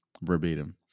verbatim